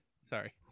Sorry